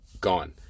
gone